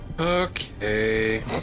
Okay